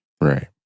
right